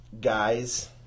guys